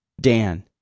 Dan